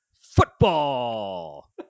football